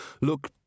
look